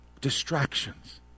distractions